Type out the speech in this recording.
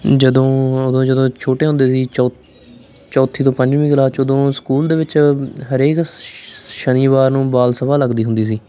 ਜਦੋਂ ਉਦੋਂ ਜਦੋਂ ਛੋਟੇ ਹੁੰਦੇ ਸੀ ਚੌ ਚੌਥੀ ਤੋਂ ਪੰਜਵੀਂ ਕਲਾਸ 'ਚ ਉਦੋਂ ਸਕੂਲ ਦੇ ਵਿੱਚ ਹਰੇਕ ਸ ਸ਼ ਸ਼ਨੀਵਾਰ ਨੂੰ ਬਾਲ ਸਭਾ ਲੱਗਦੀ ਹੁੰਦੀ ਸੀ